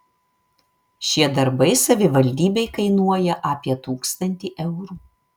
šie darbai savivaldybei kainuoja apie tūkstantį eurų